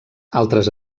altres